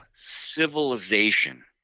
civilization